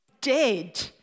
dead